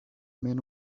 men